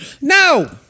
No